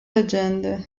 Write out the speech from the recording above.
leggende